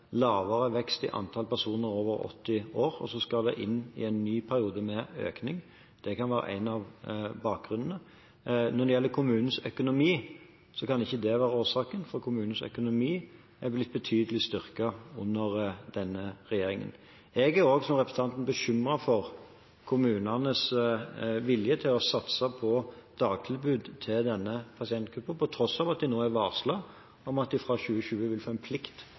ny periode med økning. Det kan være en av grunnene. Når det gjelder kommunenes økonomi, kan ikke det være årsaken, for kommunenes økonomi er blitt betydelig styrket under denne regjeringen. Jeg er også, som representanten, bekymret for kommunenes vilje til å satse på dagtilbud til denne pasientgruppen, på tross av at de nå er varslet om at de fra 2020 vil få en